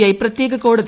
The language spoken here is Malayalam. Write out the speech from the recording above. ഐ പ്രത്യേക കോടതി